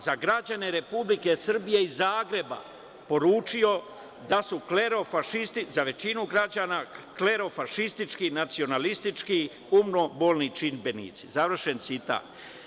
Za građane Republike Srbije iz Zagreba poručio je za većinu građana klerofašistički, nacionalistički umnobolni čimbenici, završen citat.